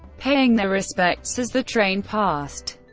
paying their respects as the train passed.